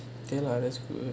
okay lah that's good